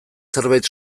zerbait